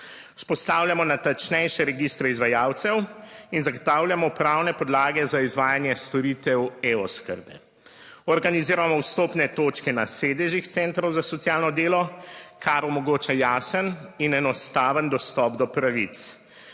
Vzpostavljamo natančnejše registre izvajalcev in zagotavljamo pravne podlage za izvajanje storitev e-oskrbe. Organiziramo vstopne točke na sedežih centrov za socialno delo, kar omogoča jasen in enostaven dostop do pravic.